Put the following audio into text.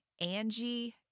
Angie